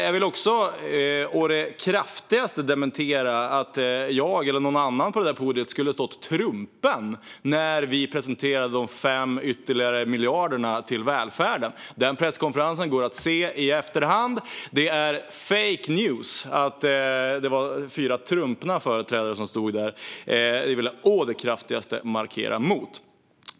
Jag vill också å det kraftigaste dementera att jag eller någon annan på det där podiet skulle ha stått där trumpen när vi presenterade de fem ytterligare miljarderna till välfärden. Den presskonferensen går att se i efterhand. Det är fake news att påstå att det var fyra trumpna företrädare som stod där. Detta vill jag å det kraftigaste markera mot.